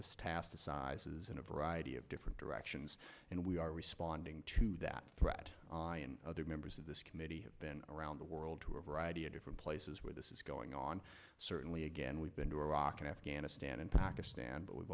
threat to sizes in a variety of different directions and we are responding to that threat other members of this committee have been around the world to a variety of different places where this is going on certainly again we've been to iraq and afghanistan and pakistan but we've